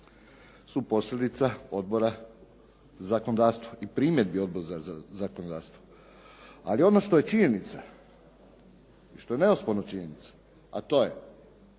su posljedica Odbora za zakonodavstvo i primjedbi Odbora za zakonodavstvo. Ali ono što je činjenica i što je neosporno činjenica, a to je